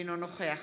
אינו נוכח